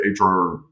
HR